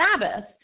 Sabbath